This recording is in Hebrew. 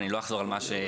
אני לא אחזור על מה שנאמר,